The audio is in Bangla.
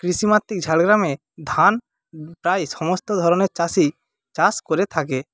কৃষিমাত্রিক ঝাড়গ্রামে ধান প্রায় সমস্ত ধরণের চাষী চাষ করে থাকে